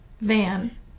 van